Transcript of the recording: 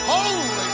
Holy